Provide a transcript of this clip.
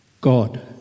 God